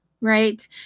right